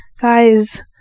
guys